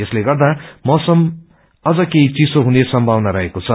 यस्ते गर्दा मौसम अझ केही चिसो हुने सम्भावना रहेको छ